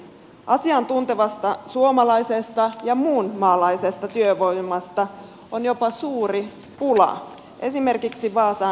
asiantuntevasta suomalaisesta ja muunmaalaisesta työvoimasta on jopa suuri pula esimerkiksi vaasan energiaklusterissa